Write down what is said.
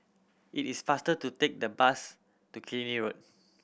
it is faster to take the bus to Killiney Road